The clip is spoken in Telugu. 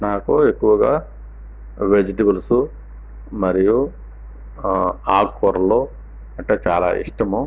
నాకు ఎక్కువగా వెజిటేబుల్స్ మరియు ఆకుకూరలు అంటే చాలా ఇష్టం